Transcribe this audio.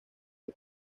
del